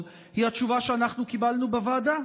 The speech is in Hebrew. היא התשובה שאנחנו קיבלנו בוועדה,